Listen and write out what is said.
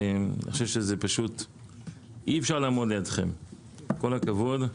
אני חושב שאי אפשר לעמוד לידכם, כל הכבוד.